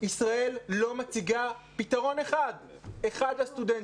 ישראל לא מציגה פתרון אחד לסטודנטים.